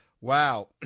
Wow